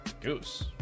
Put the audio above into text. Goose